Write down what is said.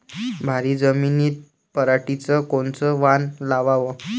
भारी जमिनीत पराटीचं कोनचं वान लावाव?